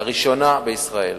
לראשונה בישראל